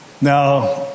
Now